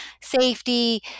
safety